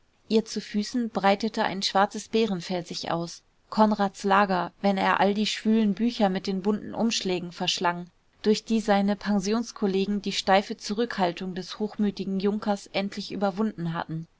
ihr zu füßen breitete ein schwarzes bärenfell sich aus konrads lager wenn er all die schwülen bücher mit den bunten umschlägen verschlang durch die seine pensionskollegen die steife zurückhaltung des hochmütigen junkers endlich überwunden hatten